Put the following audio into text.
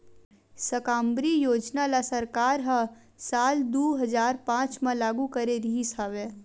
साकम्बरी योजना ल सरकार ह साल दू हजार पाँच म लागू करे रिहिस हवय